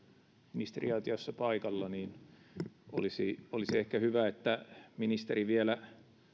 ministeriaitiossa paikalla olisi olisi ehkä hyvä jos ministeri vielä